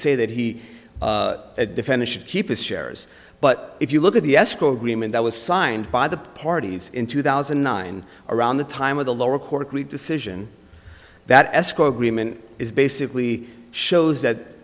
say that he defended his shares but if you look at the escrow agreement that was signed by the parties in two thousand and nine around the time of the lower court decision that escrow agreement is basically shows that